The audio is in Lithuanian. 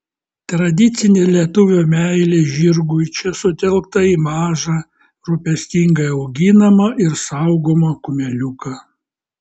tradicinė lietuvio meilė žirgui čia sutelkta į mažą rūpestingai auginamą ir saugomą kumeliuką